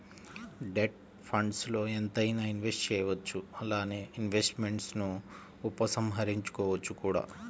debt ఫండ్స్ల్లో ఎంతైనా invest చేయవచ్చు అలానే ఇన్వెస్ట్మెంట్స్ను ఉపసంహరించుకోవచ్చు కూడా